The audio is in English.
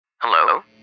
Hello